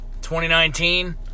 2019